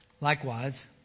Likewise